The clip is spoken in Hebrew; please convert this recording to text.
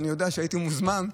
אני יודע שהייתי מוזמן,